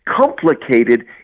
complicated